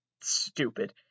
stupid